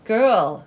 Girl